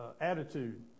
Attitude